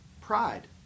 pride